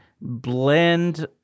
blend